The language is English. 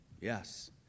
Yes